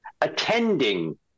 attending